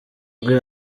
rwe